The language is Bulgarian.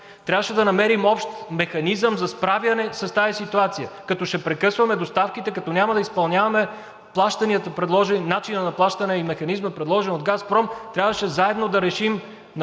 Трябваше да намерим общ механизъм за справяне с тази ситуация, като ще прекъсваме доставките, като няма да изпълняваме плащанията, начина на плащане и механизма, предложен от „Газпром“, трябваше заедно да решим с